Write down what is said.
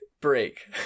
Break